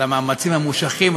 על המאמצים הממושכים.